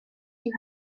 you